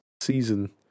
season